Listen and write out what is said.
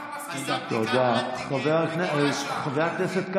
אם אחד עשה בדיקת אנטיגן, אתה שולח אותו ל-PCR.